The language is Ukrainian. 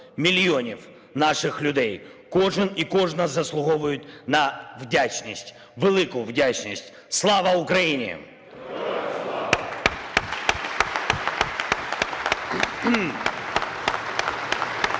мільйонів наших людей, кожен і кожна заслуговують на вдячність, велику вдячність. Слава Україні!